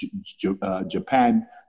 Japan